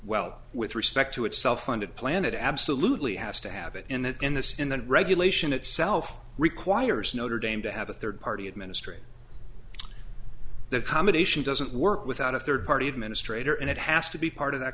well with respect to itself funded plan it absolutely has to have it and that in this in that regulation itself requires notre dame to have a third party administrator the combination doesn't work without a third party administrator and it has to be part of that